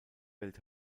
welt